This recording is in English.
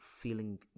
feeling